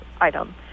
item